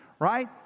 right